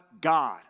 God